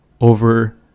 over